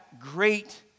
great